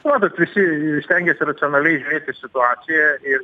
matot visi stengėsi racionaliai žiūrėti situaciją ir